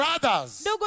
brothers